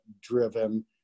driven